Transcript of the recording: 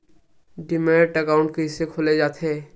Demat account कइसे खोले जाथे?